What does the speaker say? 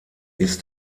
ist